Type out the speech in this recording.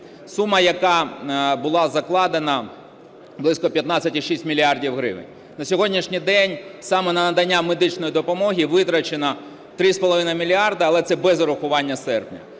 Сума, яка була закладена – близько 15,6 мільярдів гривень. На сьогоднішній день саме на надання медичної допомоги витрачено 3,5 мільярда, але це без врахування серпня.